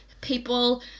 people